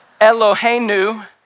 Eloheinu